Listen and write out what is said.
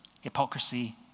hypocrisy